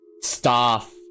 staff